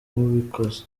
ubikoze